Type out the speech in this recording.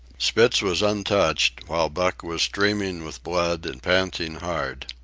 spitz was untouched, while buck was streaming with blood and panting hard.